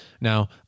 Now